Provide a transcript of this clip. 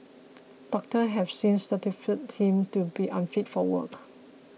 doctors have since certified him to be unfit for work